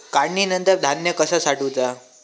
काढणीनंतर धान्य कसा साठवुचा?